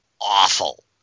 awful